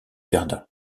verdun